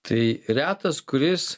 tai retas kuris